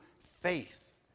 faith